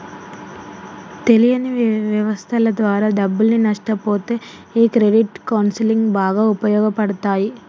తెలియని వ్యవస్థల ద్వారా డబ్బుల్ని నష్టపొతే ఈ క్రెడిట్ కౌన్సిలింగ్ బాగా ఉపయోగపడతాయి